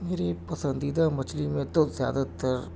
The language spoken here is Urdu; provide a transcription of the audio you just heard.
میری پسندیدہ مچھلی میں تو زیادہ تر